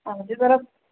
आमचे जरा